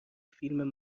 فیلم